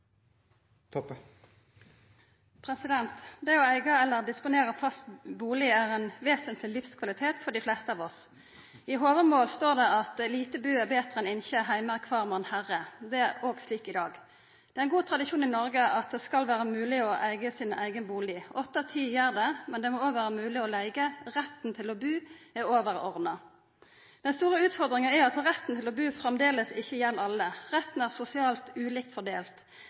de vente? Det å eiga eller disponera fast bustad er ein vesentleg livskvalitet for dei fleste av oss. I Håvamål står det at «lite bu er betre enn inkje, heime er kvar mann herre.» Det er òg slik i dag. Det er ein god tradisjon i Noreg at det skal vera mogleg å eiga sin eigen bustad. Åtte av ti gjer det, men det må òg vera mogleg å leiga. Retten til å bu er overordna. Den store utfordringa er at retten til å bu framleis ikkje gjeld alle. Retten er sosialt ulikt fordelt.